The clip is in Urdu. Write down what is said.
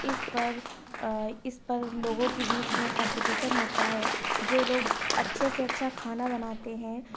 اِس پر اِس پر لوگوں کی بیچ میں کامپیٹیشن ہوتا ہے جو لوگ اچھے سے اچھا کھانا بناتے ہیں